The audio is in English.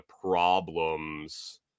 problems